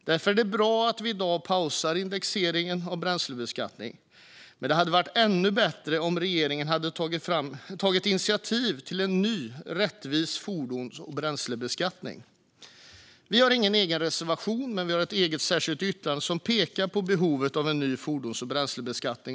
Därför är det bra att vi i dag pausar indexeringen av bränslebeskattningen, men det hade varit ännu bättre om regeringen hade tagit initiativ till en ny och rättvis fordons och bränslebeskattning. Kristdemokraterna har ingen egen reservation, men vi har ett eget särskilt yttrande som pekar på behovet av en ny fordons och bränslebeskattning.